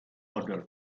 other